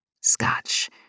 Scotch